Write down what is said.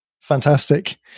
Fantastic